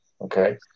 okay